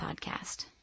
podcast